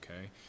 okay